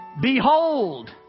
Behold